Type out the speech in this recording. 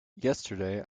yesterday